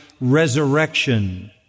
resurrection